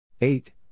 Eight